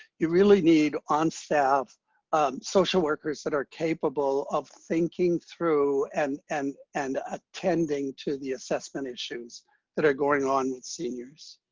you really need on staff social workers that are capable of thinking through and and and ah tending to the assessment issues that are going on with seniors.